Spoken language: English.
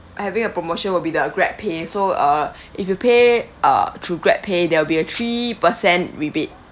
having a promotion will be the GrabPay so uh if you pay uh through GrabPay there'll be a three percent rebate